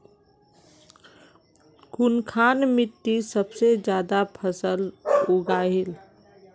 कुनखान मिट्टी सबसे ज्यादा फसल उगहिल?